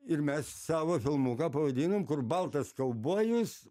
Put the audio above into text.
ir mes savo filmuką pavadinom kur baltas kaubojus